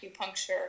acupuncture